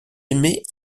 aimez